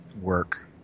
work